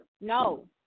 No